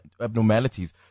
abnormalities